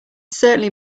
certainly